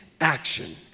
action